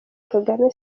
kagame